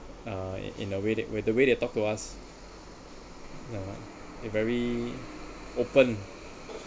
uh in a way they the way they talk to us ah they very open